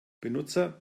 benutzer